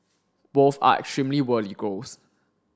both are extremely worthy goals